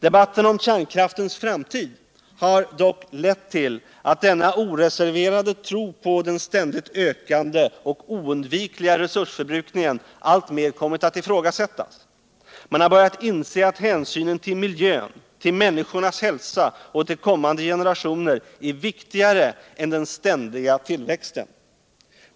Debatten om kärnkraftens framtid har dock lett tull att denna oreserverade tro på den ständigt ökande och oundvikliga resursförbrukningen alltmer kommit att ifrågasättas. Man har börjat inse att hänsynen till miljön, till människornas hälsa och de kommande generationerna är viktigare än den ständiga tillväxten.